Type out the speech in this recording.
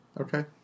Okay